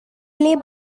play